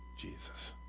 Jesus